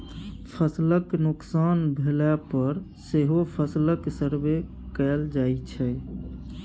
फसलक नोकसान भेला पर सेहो फसलक सर्वे कएल जाइ छै